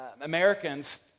Americans